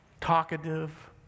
talkative